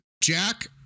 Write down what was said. Jack